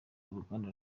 n’uruganda